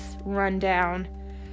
rundown